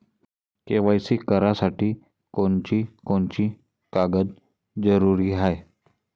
KYC करासाठी कोनची कोनची कागद जरुरी हाय?